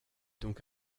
donc